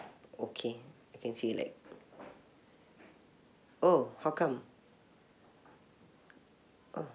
okay you can say like oh how come oh